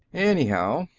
anyhow,